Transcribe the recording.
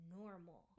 normal